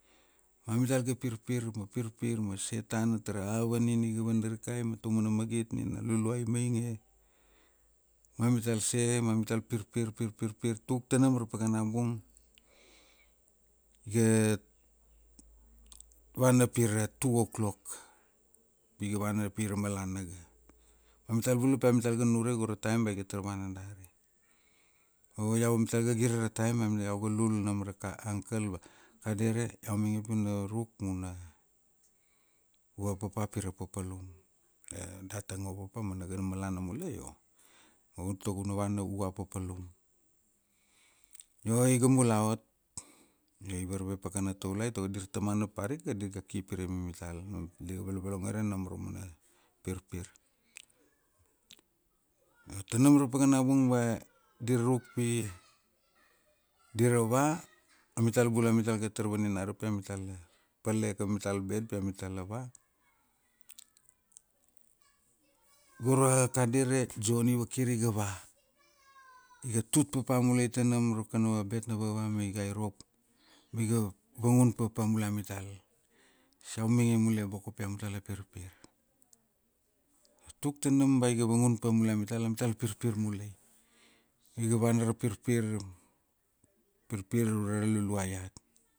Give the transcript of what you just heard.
Amital ga pirpir, ma pirpir ma share tana tara ava nina iga vanarikai ma taumana magit nina a Luluai i mainge, ma mital share, ma mital pirpir pirpir pirpir tuk tanam ra pakanabung iga vana pira two o'clock. Pi ga vana pira malana ga. Amital vuna pa mital ga nunure go ra time ba iga tar vana dari. Io amital ga gire ra taim iau ga lul nam ra ka, uncle ba, kadere, iau mainge pi ina ruk mauna va papa pira papalum. A data ngo papa ma na ga malana mule io, u tago una vana, u a papalum. Io iga mulaot, io i varve pa kana taulai tago dir tamana parika di ga ki pirai mamital. Ma dir ga volovolongore nam ra umana, pirpir. Tanam ra pakana bung dir ruk pi, dira va, amital bula amital ga tar vaninara pi amitala, pale kamamital bed pi amitala va, gora kadere Johni vakiri iga va. Iga tut papa mule tanam ra, kana bed na vava ma iga irop ma iga vangun papa mule amital. Is iau mainge mule boko pi amutala pirpir. Tuk tanam ba iga vangun pa mule amital, amital pirpir mulai. Iga vana ra pirpir, pirpir ure ra Luluai iat.